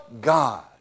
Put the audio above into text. God